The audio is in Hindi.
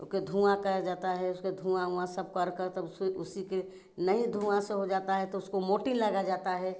ओके धुँआ करा जाता है उसका धुँआ ऊँआ सब कर कर तब उसको उसी के नहीं धुँआ से हो जाता है तो उसको मोर्टीन लगाया जाता है